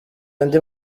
andi